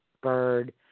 Bird